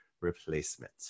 replacement